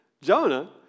Jonah